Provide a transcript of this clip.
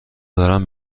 دارم